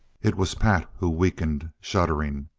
it was pat who weakened, shuddering.